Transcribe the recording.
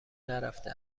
نرفته